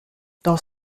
dans